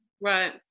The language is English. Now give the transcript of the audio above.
Right